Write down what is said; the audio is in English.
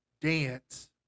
dance